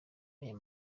aya